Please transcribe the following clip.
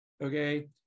okay